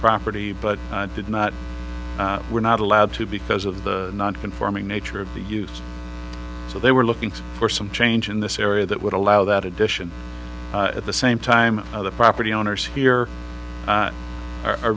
property but did not were not allowed to because of the non conforming nature of the use so they were looking for some change in this area that would allow that addition at the same time the property owners here